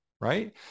Right